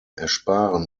ersparen